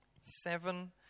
Seven